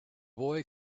boy